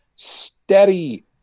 steady